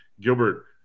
Gilbert